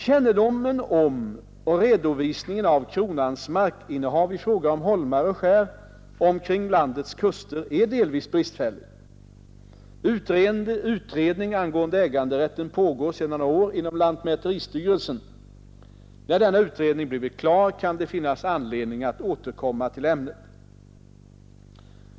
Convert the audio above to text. Kännedomen om och redovisningen av kronans markinnehav i fråga om holmar och skär omkring landets kuster är delvis bristfällig. Utredning angående äganderätten pågår sedan några år inom lantmäteristyrelsen. När denna utredning blivit klar kan det finnas anledning att återkomma till ämnet.